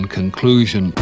conclusion